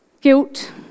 Guilt